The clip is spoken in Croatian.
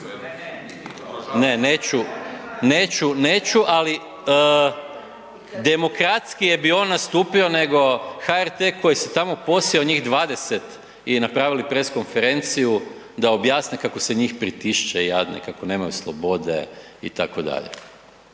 neću, neću, neću, ali demokratskije bi on nastupio nego HRT koji se tamo posjeo njih 20 i napravili pres konferenciju da objasne kako se njih pritišće jadne, kako nemaju slobode itd.